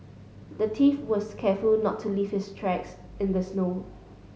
the thief was careful to not leave his tracks in the snow